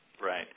Right